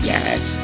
Yes